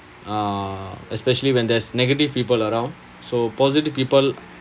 uh especially when there's negative people around so positive people